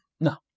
no